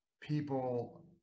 people